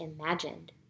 imagined